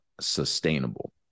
sustainable